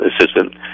assistant